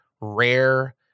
rare